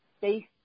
based